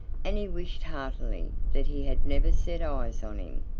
and he wished heartily that he had never set eyes on him,